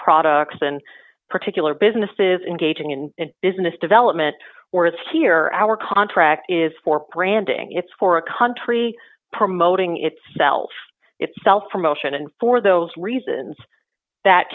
products and particular businesses engaging in business development whereas here our contract is for branding it's for a country promoting itself itself promotion and for those reasons that